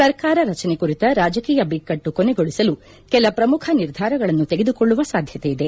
ಸರ್ಕಾರ ರಚನೆ ಕುರಿತ ರಾಜಕೀಯ ಬಿಕ್ಕಟ್ಟು ಕೊನೆಗೊಳಿಸಲು ಕೆಲ ಪ್ರಮುಖ ನಿರ್ಧಾರಗಳನ್ನು ತೆಗೆದುಕೊಳ್ಳುವ ಸಾಧ್ಯತೆ ಇದೆ